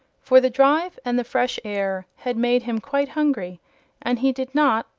for the drive and the fresh air had made him quite hungry and he did not,